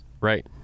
right